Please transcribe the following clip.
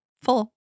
full